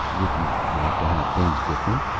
would you like to have things different?